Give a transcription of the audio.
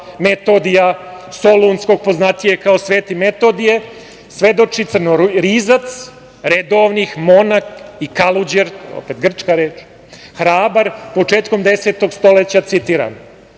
Metodija solunskog, poznatijeg kao sveti Metodije, svedoči crnorizacredovnih, monah i kaluđer, to je opet grčka reč, hrabar početkom 10. stoleća. Citiram,